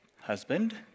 husband